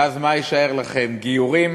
ואז מה יישאר לכם, גיורים?